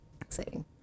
Exciting